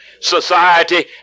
society